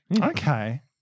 Okay